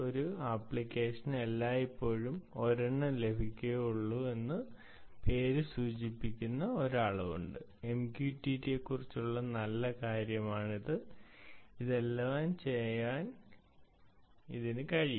ഒരു അപ്ലിക്കേഷന് എല്ലായ്പ്പോഴും ഒരെണ്ണം ലഭിക്കുകയുള്ളൂ എന്ന് പേര് സൂചിപ്പിക്കുന്ന ഒരു അളവുണ്ട് MQTT യെക്കുറിച്ചുള്ള നല്ല കാര്യമാണിത് ഇതെല്ലാം ചെയ്യാൻ ഇതിന് കഴിയും